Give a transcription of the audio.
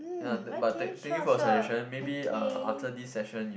ya thank but thank thank you for your suggestion maybe uh after this session you